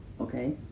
Okay